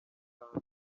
hanze